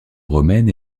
romaine